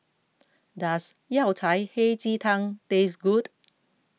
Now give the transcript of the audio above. does Yao Cai Hei Ji Tang taste good